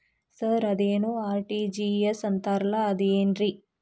Sir ಅದೇನು RTGS ಅಂತಾರಲಾ ಅದು ಏನ್ರಿ?